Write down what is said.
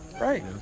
Right